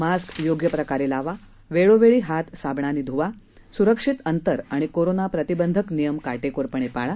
mask योग्य प्रकारत्त्वावा वळीवळी हात साबणानउंवच्छ धुवा सुरक्षित अंतर आणि कोरोना प्रतिबंधक नियम काटक्विरपणपाळा